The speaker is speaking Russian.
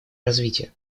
развития